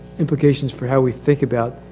implications for how we think about,